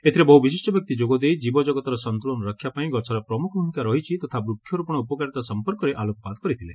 ଏଥିରେ ବହୁ ବିଶିଷ୍ ବ୍ୟକ୍ତି ଯୋଗଦେଇ ଜୀବଜଗତର ସନ୍ତୁଳନ ରକ୍ଷା ପାଇ ଗଛର ପ୍ରମୁଖ ଭୂମିକା ରହିଛି ତଥା ବୃଷରୋପଣ ଉପକାରିତା ସମ୍ପର୍କରେ ଆଲୋକପାତ କରିଥିଲେ